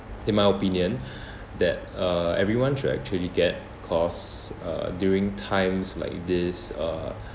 in my opinion that uh everyone should actually get cause uh during times like this uh